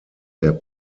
der